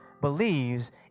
believes